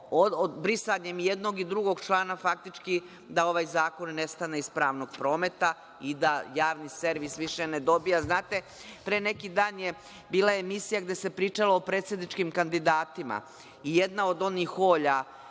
brisanjem jednog i drugog člana faktički da ovaj zakon nestane iz pravnog prometa i da javni servis više ne dobija. Znate, pre neki dan je bila emisija gde se pričalo o predsedničkim kandidatima. Jedna od onih Olja,